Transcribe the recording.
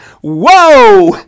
whoa